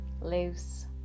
loose